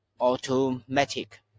automatic